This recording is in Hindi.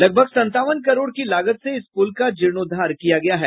लगभग संतावन करोड़ की लागत से इस पुल का जीर्णोद्वार किया गया है